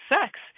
sex